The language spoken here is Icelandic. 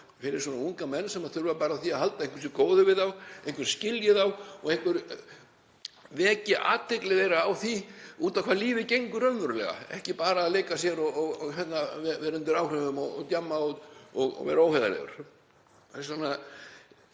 fyrir svona unga menn sem þurfa bara á því að halda einhver sé góður við þá, að einhver skilji þá og að einhver veki athygli þeirra á því út á hvað lífið gengur raunverulega; ekki bara að leika sér, vera undir áhrifum og djamma og vera óheiðarlegur. Þess vegna